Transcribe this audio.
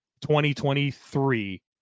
2023